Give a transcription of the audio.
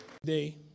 Today